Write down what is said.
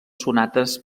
sonates